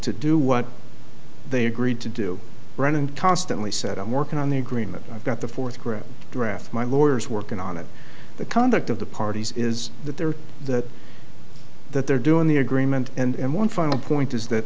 to do what they agreed to do run and constantly said i'm working on the agreement i've got the fourth group draft my lawyers working on it the conduct of the parties is that they're that that they're doing the agreement and one final point is that